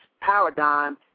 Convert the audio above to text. paradigm